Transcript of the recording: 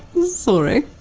sorry.